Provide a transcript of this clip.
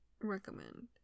recommend